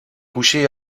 couché